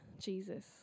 Jesus